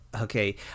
Okay